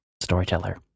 storyteller